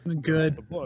good